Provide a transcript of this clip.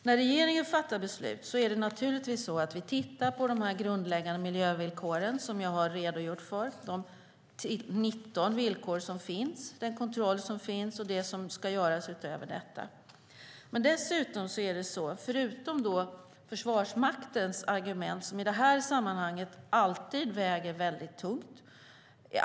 När regeringen fattar beslut tittar vi naturligtvis på de grundläggande 19 miljövillkoren, som jag har redogjort för, den kontroll som finns och det som ska göras utöver detta. Försvarsmaktens argument väger alltid väldigt tungt i sådana här sammanhang.